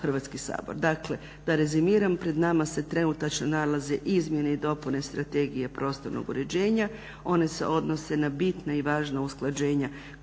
Hrvatski sabor. Dakle, da rezimiram, pred nama se trenutačno nalaze Izmjene i dopune Strategije prostornog uređenja. One se odnose na bitne i važna usklađenja